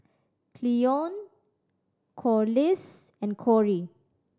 Cleone Corliss and Corie